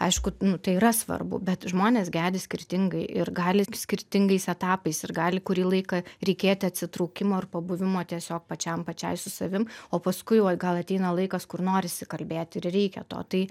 aišku nu tai yra svarbu bet žmonės gedi skirtingai ir gali skirtingais etapais ir gali kurį laiką reikėti atsitraukimo ir pabuvimo tiesiog pačiam pačiai su savim o paskui jau gal ateina laikas kur norisi kalbėti ir reikia to tai